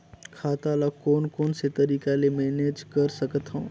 खाता ल कौन कौन से तरीका ले मैनेज कर सकथव?